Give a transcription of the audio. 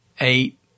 eight